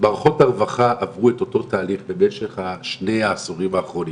מערכות הרווחה עברו את אותו תהליך בשני העשורים האחרונים,